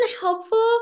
helpful